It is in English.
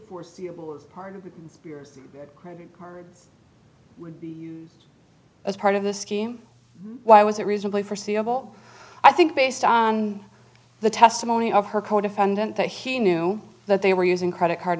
foreseeable as part of your credit cards would be as part of the scheme why was it reasonably foreseeable i think based on the testimony of her codefendant that he knew that they were using credit card